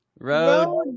Road